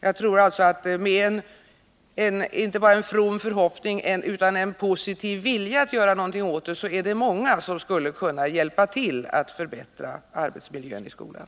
Jag tror att om det inte bara finns en from förhoppning utan också en positiv vilja att göra någonting åt problemen, skulle många kunna hjälpa till att förbättra arbetsmiljön i skolan.